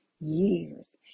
years